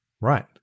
Right